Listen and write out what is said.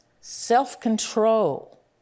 self-control